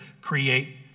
create